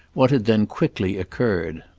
what had then quickly occurred.